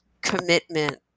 commitment